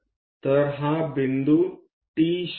तर हा बिंदू T शोधा